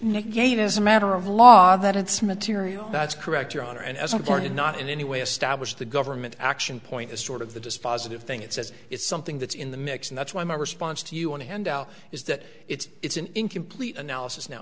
negate as a matter of law that it's material that's correct your honor and as a part of not in any way established the government action point is sort of the dispositive thing it says it's something that's in the mix and that's why my response to you on a handout is that it's it's an incomplete analysis now